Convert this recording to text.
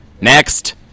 Next